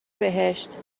بهشت